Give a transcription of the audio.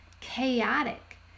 chaotic